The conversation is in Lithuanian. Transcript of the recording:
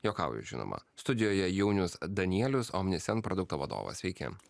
juokauju žinoma studijoje jaunius danielius omnisend produkto vadovas sveiki